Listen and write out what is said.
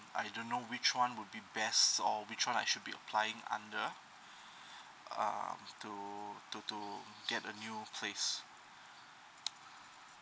I don't know which one will be best or which one I should be applying under um to to to get a new place